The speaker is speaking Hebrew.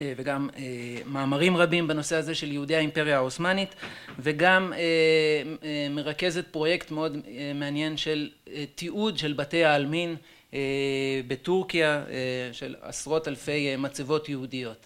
וגם מאמרים רבים בנושא הזה של יהודי האימפריה העות'מאנית, וגם מרכזת פרויקט מאוד מעניין של תיעוד של בתי העלמין בטורקיה של עשרות אלפי מצבות יהודיות